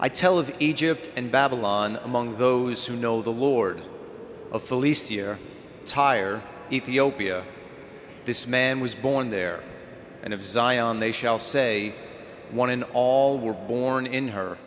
i tell of egypt and babylon among those who know the lord of the least year tire ethiopia this man was born there and of zion they shall say one in all were born in her